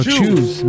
choose